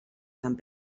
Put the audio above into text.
sant